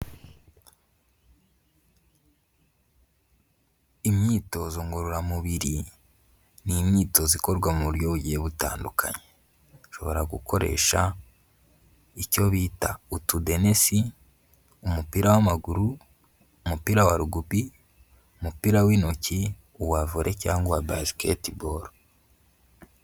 Imyitozo ngororamubiri, ni imyitozo ikorwa mu buryo bugiye butandukanye, ushobora gukoresha icyo bita utudenesi, umupira w'amaguru, umupira wa Rugubi, umupira w'intoki wa Volley cyangwa Basketball.